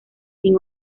sin